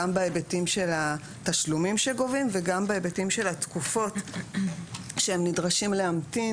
גם בהיבטים של התשלומים שגובים וגם בהיבטים של התקופות שהם נדרשים להמתין